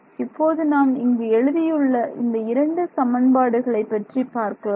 இப்போது நாம் இங்கு எழுதியுள்ள இந்த இரண்டு சமன்பாடுகளை பற்றி பார்க்கலாம்